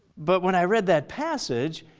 but when i read that passage,